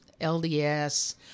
LDS